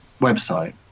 website